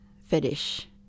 fetish